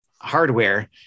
hardware